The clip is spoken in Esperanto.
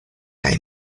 kaj